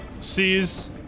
Sees